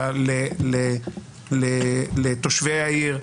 אלא לתושבי העיר,